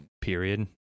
period